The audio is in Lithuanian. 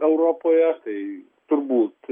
europoje tai turbūt